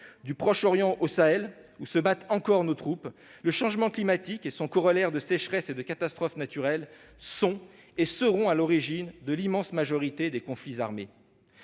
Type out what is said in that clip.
Du Proche-Orient au Sahel, où nos troupes continuent de se battre, le changement climatique et son cortège de sécheresses et de catastrophes naturelles sont et seront à l'origine de l'immense majorité des conflits armés.